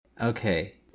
okay